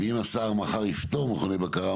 ואם השר מחר יפטור מכוני בקרה,